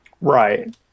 Right